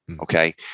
Okay